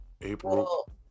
April